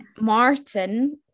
Martin